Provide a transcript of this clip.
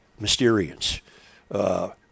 Mysterians